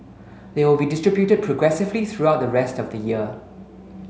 they will be distributed progressively throughout the rest of the year